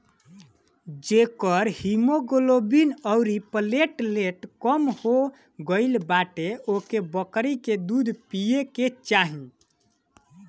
जेकर हिमोग्लोबिन अउरी प्लेटलेट कम हो गईल बाटे ओके बकरी के दूध पिए के चाही